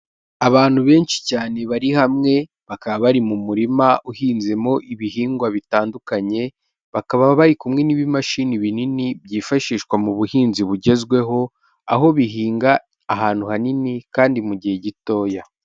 Abantu benshi cyane bari hamwe bakaba bari mu murima uhinzemo ibihingwa bitandukanye, bakaba bari kumwe n'ibimashini binini byifashishwa mu buhinzi bugezweho, aho bihinga ahantu hanini kandi mu gihe gitoya.